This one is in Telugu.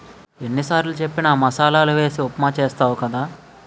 ఎన్ని సారులు చెప్పిన మసాలలే వేసి ఉప్మా చేస్తావు కదా